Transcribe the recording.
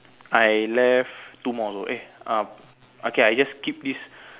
I left two more also eh um okay I just keep this